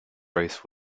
race